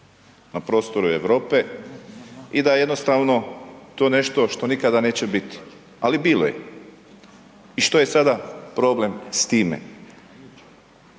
na prostoru Europe i da jednostavno to nešto što nikada neće biti, ali bilo je. I što je sada problem s time?